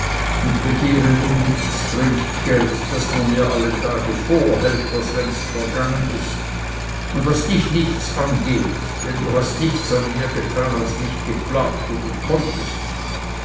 und begehre nun nicht ztrinkgeld daß man mir alle tage vorhält was längst vergangen ist und was dich nichts angeht denn du hast nichts an mir getan als mich geplagt wo du konntest